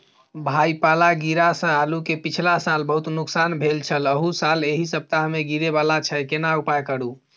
भाई पाला गिरा से आलू के पिछला साल बहुत नुकसान भेल छल अहू साल एहि सप्ताह में गिरे वाला छैय केना उपाय करू?